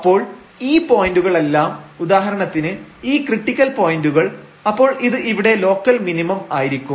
അപ്പോൾ ഈ പോയന്റുകളെല്ലാം ഉദാഹരണത്തിന് ഈ ക്രിട്ടിക്കൽ പോയന്റുകൾ അപ്പോൾ ഇത് ഇവിടെ ലോക്കൽ മിനിമം ആയിരിക്കും